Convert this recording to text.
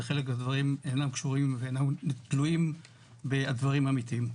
וחלק מהדברים אינם קשורים ואינם תלויים בדברים אמיתיים.